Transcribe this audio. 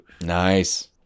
Nice